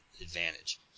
advantage